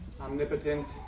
Omnipotent